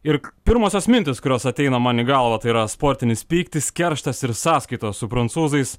ir pirmosios mintys kurios ateina man į galvą tai yra sportinis pyktis kerštas ir sąskaitos su prancūzais